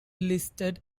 listed